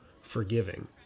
forgiving